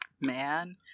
man